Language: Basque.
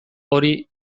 hori